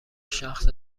شخص